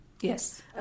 Yes